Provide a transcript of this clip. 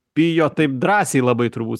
bijo taip drąsiai labai turbūt